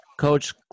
Coach